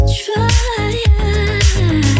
try